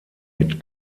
mit